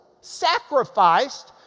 sacrificed